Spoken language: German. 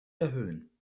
erhöhen